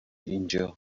اینجا